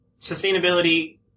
Sustainability